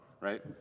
right